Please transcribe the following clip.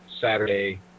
Saturday